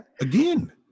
Again